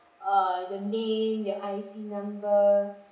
uh your name your I_C number